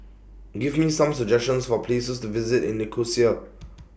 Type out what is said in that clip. Give Me Some suggestions For Places to visit in Nicosia